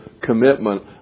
commitment